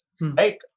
Right